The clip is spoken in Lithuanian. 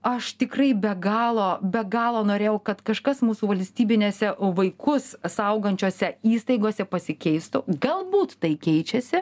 aš tikrai be galo be galo norėjau kad kažkas mūsų valstybinėse vaikus saugančiose įstaigose pasikeistų galbūt tai keičiasi